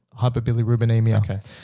hyperbilirubinemia